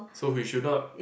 so we should not